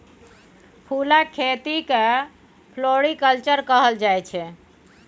फुलक खेती केँ फ्लोरीकल्चर कहल जाइ छै